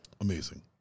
Amazing